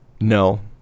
No